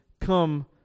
come